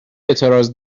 اعتراض